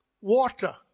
water